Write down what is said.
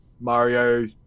Mario